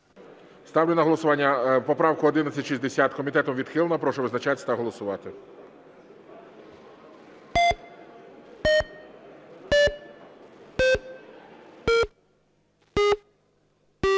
Ставлю на голосування поправку 1160. Комітетом відхилена. Прошу визначатись та голосувати.